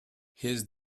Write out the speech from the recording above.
his